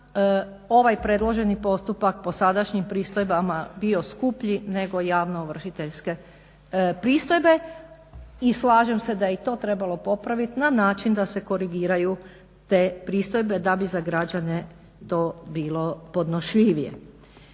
ovaj predloženi postupak po sadašnjim pristojbama bio skuplji nego javnoovršiteljske pristojbe. I slažem se da je i to trebalo popraviti na način da se korigiraju te pristojbe, da bi za građane to bilo podnošljivije.